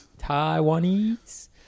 Taiwanese